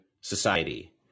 society